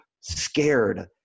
scared